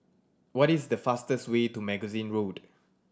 what is the fastest way to Magazine Road